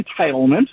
entitlement